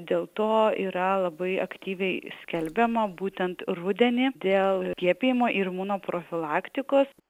dėl to yra labai aktyviai skelbiama būtent rudenį dėl skiepijimo ir imunoprofilaktikos